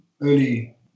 early